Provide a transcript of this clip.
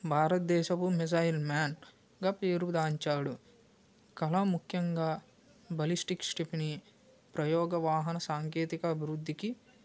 భారతదేశపు మిసైల్ మ్యాన్గా పేరుగాంచాడు కలాం ముఖ్యంగా బలిస్టిక్ స్టిఫిని ప్రయోగ వాహన సాంకేతిక అభివృద్ధికి